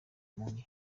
muri